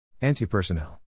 Anti-personnel